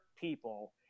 people